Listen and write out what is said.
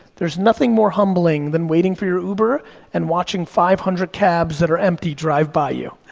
there's nothing more humbling than waiting for your uber and watching five hundred cabs that are empty drive by you.